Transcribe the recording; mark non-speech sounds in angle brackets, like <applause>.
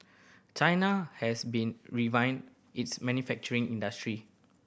China has been <unintelligible> its manufacturing industry